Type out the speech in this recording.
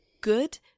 good